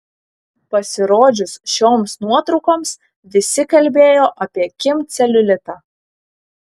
pasirodžius šioms nuotraukoms visi kalbėjo apie kim celiulitą